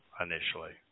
initially